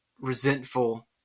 resentful –